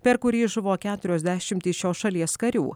per kurį žuvo keturios dešimtys šios šalies karių